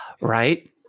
Right